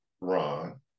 Ron